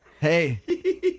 Hey